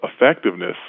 effectiveness